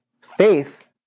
Faith